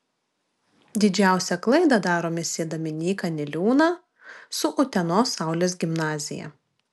didžiausią klaidą darome siedami nyką niliūną su utenos saulės gimnazija